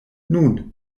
nun